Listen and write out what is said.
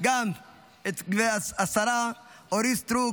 גם את השרה אורית סטרוק,